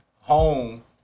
home